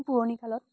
পুৰণিকালত